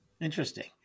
Interesting